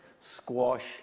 squash